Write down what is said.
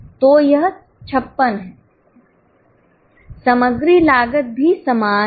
तो यह 56 है सामग्री लागत भी समान है